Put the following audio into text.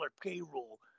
payroll